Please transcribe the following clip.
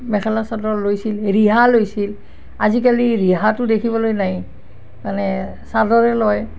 মেখেলা চাদৰ লৈছিল ৰিহা লৈছিল আজিকালি ৰিহাটো দেখিবলৈ নাই মানে চাদৰেই লয়